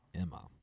Emma